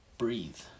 breathe